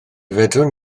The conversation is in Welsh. fedrwn